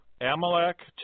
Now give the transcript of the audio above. Amalek